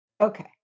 Okay